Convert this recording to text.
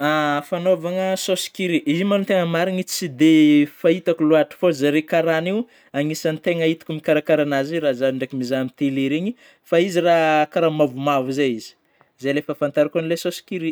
Fanaovana saosy curry, izy môa ny tena marigny tsy dia fahitako lôatra, fa zareo karana io anisany tena itako mikarakara an'azy io, raha zaho ndraiky mizaha amin'ny télé reny, fa izy raha karaha mavomavo zey izy zay le fahafantarako an'ilay saosy curry.